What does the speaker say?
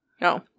no